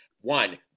One